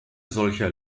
solcher